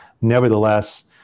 Nevertheless